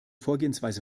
vorgehensweise